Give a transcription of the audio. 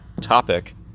topic